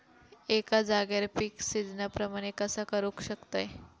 एका जाग्यार पीक सिजना प्रमाणे कसा करुक शकतय?